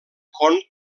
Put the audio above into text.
con